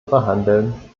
behandeln